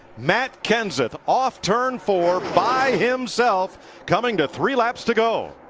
matt kenseth off turn four by himself coming to three laps to go.